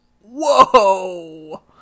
whoa